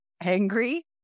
angry